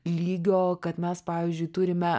lygio kad mes pavyzdžiui turime